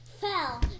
fell